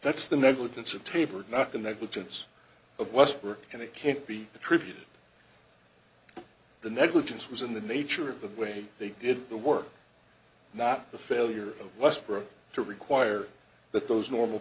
that's the negligence of taper not the negligence of westbrook and it can't be attributed to the negligence was in the nature of the way they did the work not the failure of westbrook to require that those normal